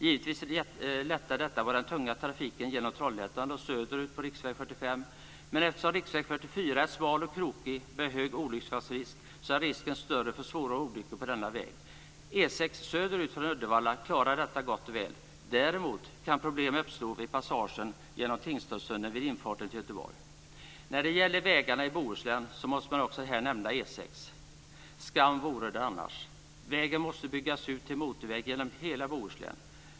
Givetvis lättar detta på den tunga trafiken genom Trollhättan och söderut på riksväg 45, men eftersom riksväg 44 är smal och krokig med hög olycksfallsrisk är risken större för svåra olyckor på denna väg. E 6 söderut från Uddevalla klarar detta gott och väl. Däremot kan problem uppstå vid passage genom Tingstadstunneln vid infarten till Göteborg. När det gäller vägarna i Bohuslän måste man också nämna E 6, skam vore det annars. Vägen måste byggas ut till motorväg genom hela Bohuslän.